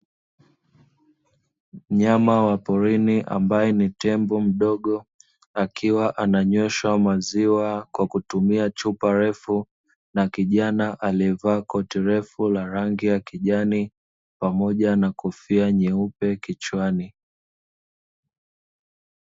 Mnyama wa porini ambaye ni tembo mdogo, akiwa ananyweshwa maziwa kwa kutumia chupa refu na kijana aliyevaa koti refu la rangi ya kijani pamoja na kofia nyeupe kichwani.